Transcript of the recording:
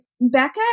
Becca